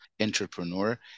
entrepreneur